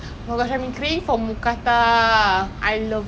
ya so when we go dog cafe I shall be a bit